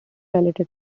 related